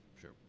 sure